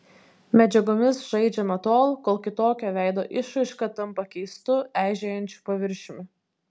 medžiagomis žaidžiama tol kol kitokio veido išraiška tampa keistu eižėjančiu paviršiumi